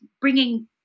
bringing